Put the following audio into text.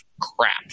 crap